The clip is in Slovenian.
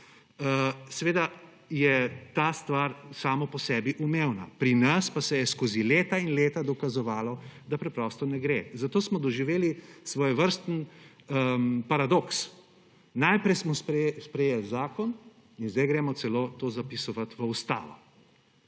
Seveda je ta stvar samo po sebi umevna. Pri nas pa se je skozi leta in leta dokazovalo, da preprosto ne gre. Zato smo doživeli svojevrsten paradoks; najprej smo sprejeli zakon in sedaj gremo celo to zapisovati v ustavo.